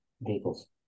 vehicles